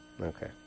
Okay